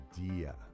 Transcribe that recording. idea